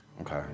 Okay